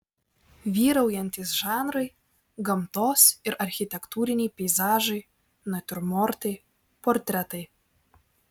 vyraujantys žanrai gamtos ir architektūriniai peizažai natiurmortai portretai